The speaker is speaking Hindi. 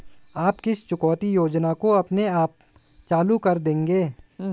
आप किस चुकौती योजना को अपने आप चालू कर देंगे?